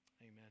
Amen